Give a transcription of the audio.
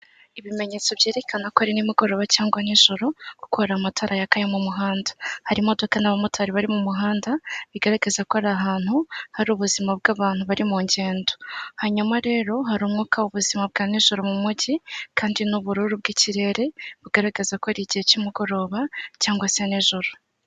Ibimenyetso byerekana ko ari nimugoroba cyangwa nijoro kuko hari amatara yaka yo mu muhanda. Harimo imodoka n'abamotari bari mu muhanda, bigaragaza ko ari ahantu, hari ubuzima bw'abantu bari mu ngendo. Hanyuma rero, hari umwuka w'ubuzima bwa nijoro mu mujyi kandi n' ubururu bw'ikirere, bugaragaza ko ari igihe cy'umugoroba cyangwa cya nijoro.